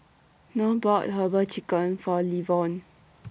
North bought Herbal Chicken Feet For Ivonne